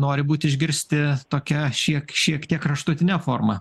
nori būt išgirsti tokia šiek šiek tie kraštutine forma